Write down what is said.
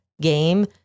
game